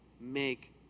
make